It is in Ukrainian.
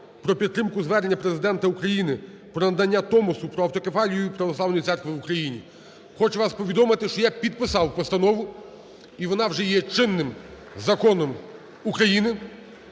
про підтримку звернення Президента України про надання Томосу про автокефалію Православної Церкви в Україні. Хочу вам повідомити, що я підписав постанову, і вона вже є чинним законом України.